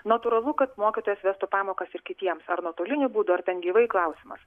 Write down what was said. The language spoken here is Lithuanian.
natūralu kad mokytojas vestų pamokas ir kitiems ar nuotoliniu būdu ar bent gyvai klausimas